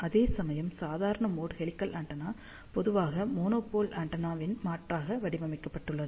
அதேசமயம் சாதாரண mode helical antenna பொதுவாக மோனோபோல் ஆண்டெனாவின் மாற்றாக வடிவமைக்கப்பட்டுள்ளது